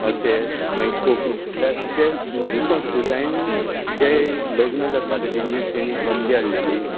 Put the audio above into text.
अशे मागीर कोंकणीतल्यान आमचे हिंदू संस्कृतायेन जे लग्न जाताले तेंचेर तेणी बंदी हाडलेली